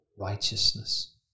righteousness